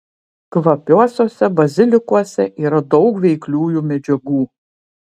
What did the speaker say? kvapiuosiuose bazilikuose yra daug veikliųjų medžiagų